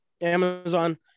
amazon